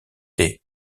des